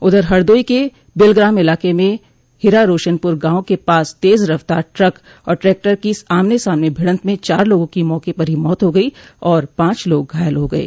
उधर हरदोई के बिलग्राम इलाके में हिराराशनपुर गांव के पास तेज रफ़्तार ट्रक और ट्रैक्टर की आमने सामने भिड़न्त में चार लोगों की मौके पर ही मौत हो गई और पांच लोग घायल हो गये